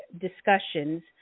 discussions